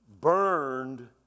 burned